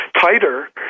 tighter